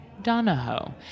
Donahoe